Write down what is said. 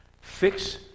fix